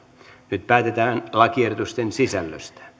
nyt päätetään lakiehdotusten sisällöstä